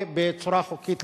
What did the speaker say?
ובצורה חוקית לחלוטין.